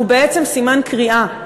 הוא בעצם סימן קריאה,